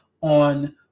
on